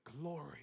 glory